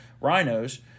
Rhinos